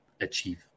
achieve